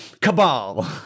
cabal